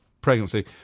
pregnancy